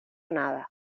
nada